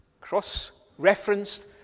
cross-referenced